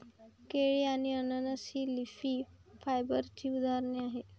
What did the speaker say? केळी आणि अननस ही लीफ फायबरची उदाहरणे आहेत